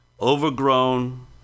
overgrown